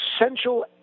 essential